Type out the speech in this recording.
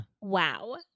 Wow